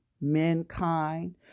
mankind